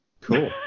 Cool